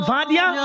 Vadia